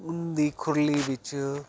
ਉਹਦੀ ਖੁਰਲੀ ਵਿੱਚ